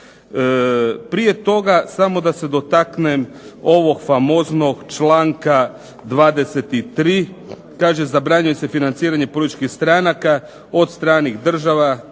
Prije toga samo da se dotaknem ovog famoznog članka 23. Kaže zabranjuje se financiranje političkih stranaka od stranih država,